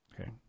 Okay